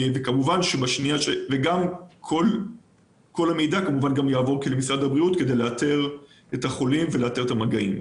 כמובן שכל המידע יעבור למשרד הבריאות כדי לאתר את החולים ולאתר המגעים.